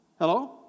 Hello